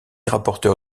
rapporteur